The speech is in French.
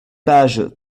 pages